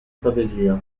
strategia